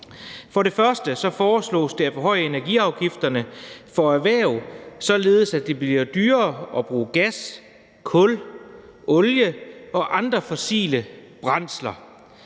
For det første foreslås det at forhøje energiafgifterne for erhverv, således at det bliver dyrere at bruge gas, kul, olie og andre fossile brændsler.